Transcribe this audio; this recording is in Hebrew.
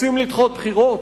רוצים לדחות בחירות?